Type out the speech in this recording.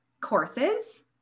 courses